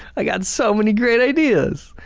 i got so many great ideas.